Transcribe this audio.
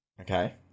Okay